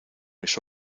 mis